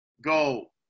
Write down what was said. go